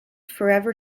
forever